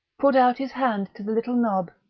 put out his hand to the little knob,